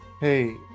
Hey